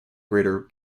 greater